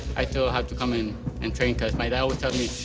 i still have to come in and train cause my dad would tell me,